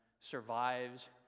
survives